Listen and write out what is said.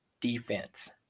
defense